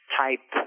type